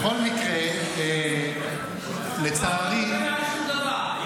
בכל מקרה, לצערי, לא השתנה שום דבר.